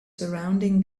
surrounding